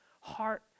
heart